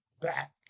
back